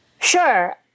Sure